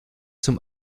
zum